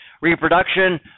Reproduction